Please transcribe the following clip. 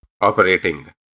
operating